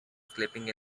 sleeping